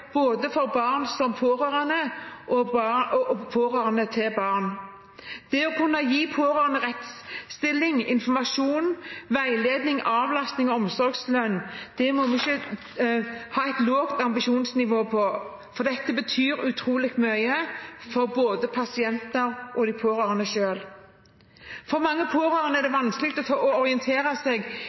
både for barn som pårørende og for pårørende til barn. Når det gjelder det å kunne gi pårørende rettsstilling, informasjon, veiledning, avlastning og omsorgslønn, må vi ikke ha et lavt ambisjonsnivå, for dette betyr utrolig mye for både pasienter og de pårørende selv. For mange pårørende er det vanskelig å orientere seg i alle ordninger og